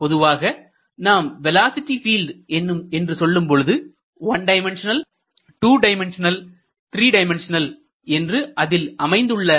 பொதுவாக நாம் velocity field என்று சொல்லும்பொழுது 1 டைமண்ட்ஷனல்2 டைமண்ட்ஷனல்3 டைமண்ட்ஷனல் என்று அதில் அமைந்துள்ள